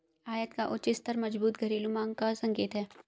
आयात का उच्च स्तर मजबूत घरेलू मांग का संकेत है